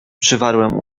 przywarłem